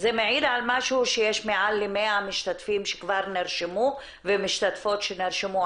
זה מעיד על משהו שיש מעל ל-100 משתתפים שכבר נרשמו ומשתתפות שנרשמו.